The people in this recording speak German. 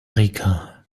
rica